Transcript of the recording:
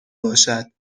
باشد